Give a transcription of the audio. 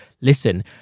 listen